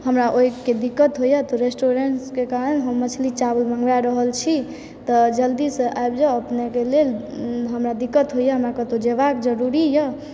हमरा ओहिके दिक्कत होयए तऽ रेस्टूरेंटसँ के हम मछली चावल बनबाय रहल छी तऽ जल्दीसँ आबिके जाउ अपनेके लेल हमरा दिक्कत होयए हमरा कतहुँ जयबाक जरुरीए